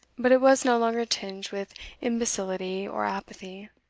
but it was no longer tinged with imbecility or apathy.